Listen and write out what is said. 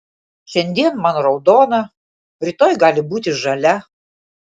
šiandien man raudona rytoj gali būti žalia